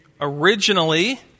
Originally